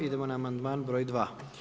Idemo na amandman broj 2.